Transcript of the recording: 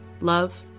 love